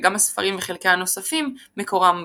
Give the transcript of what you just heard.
וגם הספרים וחלקי הספרים הנוספים – מקורם בו.